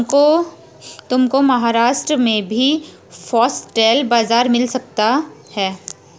तुमको महाराष्ट्र में भी फॉक्सटेल बाजरा मिल सकता है